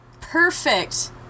Perfect